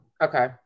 okay